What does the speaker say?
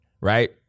right